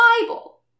Bible